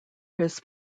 his